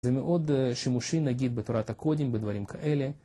זה מאוד שימושי נגיד בתורת הקודים בדברים כאלה.